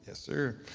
ah sir.